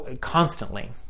constantly